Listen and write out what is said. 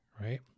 right